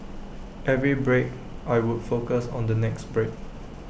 every break I would focus on the next break